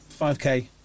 5k